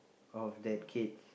of that kids